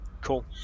Cool